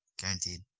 Guaranteed